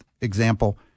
example